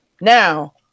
now